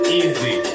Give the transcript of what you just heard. easy